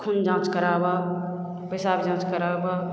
खून जाँच कराबऽ पेशाब जाँच कराबऽ